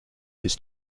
his